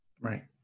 right